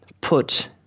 put